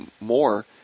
more